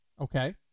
Okay